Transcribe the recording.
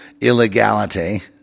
illegality